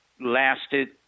lasted